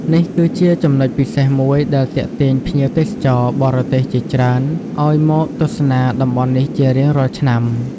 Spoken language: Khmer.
នេះគឺជាចំណុចពិសេសមួយដែលទាក់ទាញភ្ញៀវទេសចរណ៍បរទេសជាច្រើនឲ្យមកទស្សនាតំបន់នេះជារៀងរាល់ឆ្នាំ។